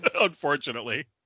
Unfortunately